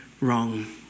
wrong